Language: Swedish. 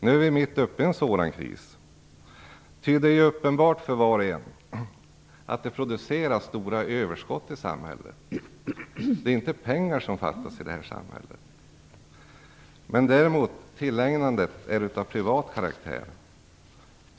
Nu är vi mitt uppe i en sådan kris, ty det är ju uppenbart för var och en att det produceras stora överskott i samhället. Det är inte pengar som fattas i det här samhället, men tillägnandet är däremot av privat karaktär.